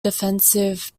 defensive